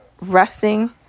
resting